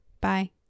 Bye